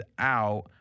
out